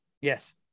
yes